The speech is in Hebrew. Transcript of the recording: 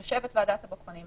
יושבת ועדת הבוחנים,